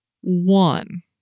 one